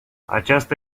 aceasta